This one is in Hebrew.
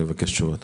אני מבקש תשובות.